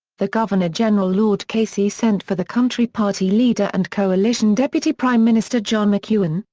the governor-general lord casey sent for the country party leader and coalition deputy prime minister john mcewen,